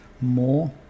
more